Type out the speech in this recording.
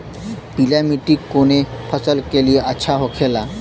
पीला मिट्टी कोने फसल के लिए अच्छा होखे ला?